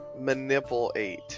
Manipulate